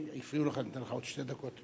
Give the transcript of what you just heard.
הפריעו לך, אני נותן לך עוד שתי דקות.